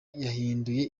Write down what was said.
yahinduye